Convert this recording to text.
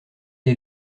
est